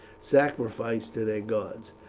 sacrificed to their gods.